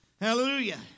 Hallelujah